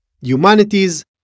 humanities